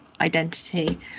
identity